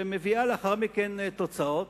שמביאה לאחר מכן תוצאות,